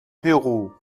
peru